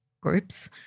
groups